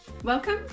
Welcome